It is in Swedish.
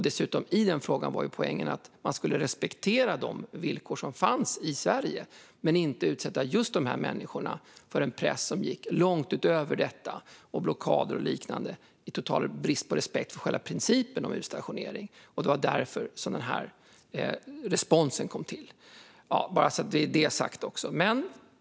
Dessutom var poängen i den frågan att man skulle respektera de villkor som fanns i Sverige men inte utsätta dessa människor för en press som gick alltför långt med blockader och liknande i en total brist på respekt för själva principen om utstationering. Det var därför denna respons kom. Bara så att det blir sagt.